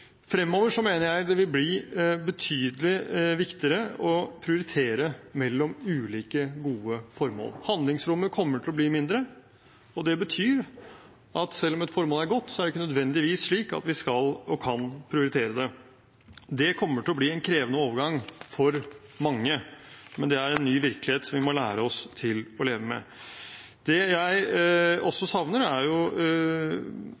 Fremover mener jeg det vil bli betydelig viktigere å prioritere mellom ulike gode formål. Handlingsrommet kommer til å bli mindre, og det betyr at selv om et formål er godt, er det ikke nødvendigvis slik at vi skal og kan prioritere det. Det kommer til å bli en krevende overgang for mange, men det er en ny virkelighet som vi må lære oss til å leve med. Det jeg også